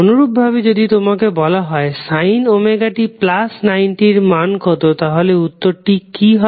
অনুরূপভাবে যদি তোমাকে বলা হয় sin ωt90 এর মান কত তাহলে উত্তরটি কি হবে